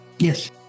Yes